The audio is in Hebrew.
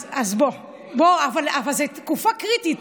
אז בוא, בוא, אבל זה תקופה קריטית.